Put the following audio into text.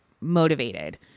motivated